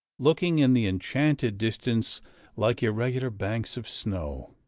looking in the enchanted distance like irregular banks of snow.